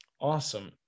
Awesome